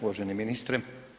Uvaženi ministre.